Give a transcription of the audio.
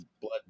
blood